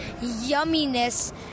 yumminess